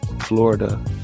florida